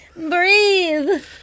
breathe